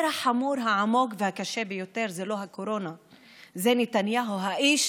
בואו נאמר שהייתי